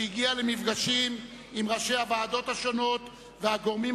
והיא הגיעה למפגשים עם ראשי הוועדות השונות והגורמים